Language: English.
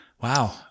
Wow